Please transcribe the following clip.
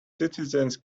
citizens